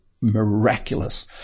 miraculous